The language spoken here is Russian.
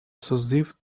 созыв